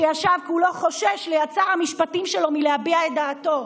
שישב ליד שר המשפטים שלו כולו חושש מלהביע את דעתו: